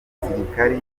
abasirikare